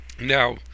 Now